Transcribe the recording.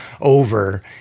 over